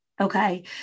Okay